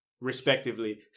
respectively